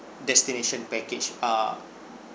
destination package ah